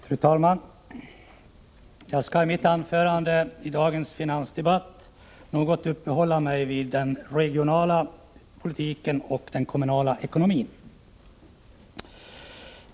Fru talman! Jag skall i mitt anförande i dagens finansdebatt något uppehålla mig vid regionalpolitiken och den kommunala ekonomin.